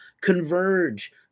Converge